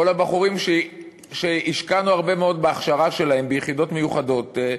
או לבחורים שהשקענו הרבה מאוד בהכשרה שלהם ביחידות מיוחדות,